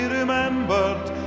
remembered